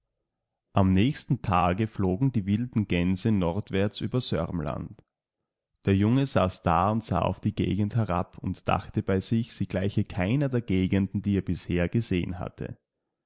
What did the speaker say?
am nächsten tage flogen die wilden gänse nordwärts über sörmland der junge saß da und sah auf die gegend herab und dachte bei sich sie gleiche keiner der gegenden die er bisher gesehen hatte